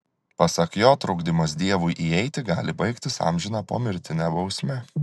pasak jo trukdymas dievui įeiti gali baigtis amžina pomirtine bausme